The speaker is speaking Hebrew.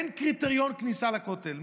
אין קריטריון כניסה לכותל.